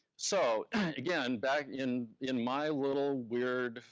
so again, back in in my little, weird,